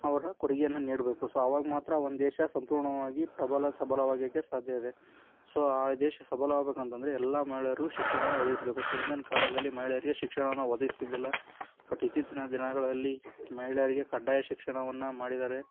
ಅವರ ಕೊಡುಗೆಯನ್ನು ನೀಡಬೇಕು ಸೊ ಆವಾಗ ಮಾತ್ರ ಒಂದು ದೇಶ ಸಂಪೂರ್ಣವಾಗಿ ಪ್ರಬಲ ಸಬಲವಾಗೋಕ್ಕೆ ಸಾಧ್ಯವಿದೆ ಸೊ ಆ ದೇಶ ಸಬಲವಾಗಬೇಕಂತಂದ್ರೆ ಎಲ್ಲ ಮಹಿಳೆಯರು ಶಿಕ್ಷಣ ಒದಗಿಸಬೇಕು ಸೊ ಹಿಂದಿನ ಕಾಲದಲ್ಲಿ ಮಹಿಳೆಯರಿಗೆ ಶಿಕ್ಷಣವನ್ನು ಒದಗಿಸ್ತಿರಲಿಲ್ಲ ಬಟ್ ಇತ್ತೀಚಿನ ದಿನಗಳಲ್ಲಿ ಮಹಿಳೆಯರಿಗೆ ಕಡ್ಡಾಯ ಶಿಕ್ಷಣವನ್ನು ಮಾಡಿದ್ದಾರೆ